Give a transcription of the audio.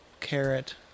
carrot